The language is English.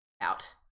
Out